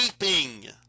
weeping